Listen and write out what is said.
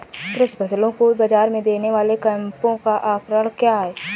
कृषि फसलों को बाज़ार में देने वाले कैंपों का आंकड़ा क्या है?